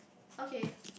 okay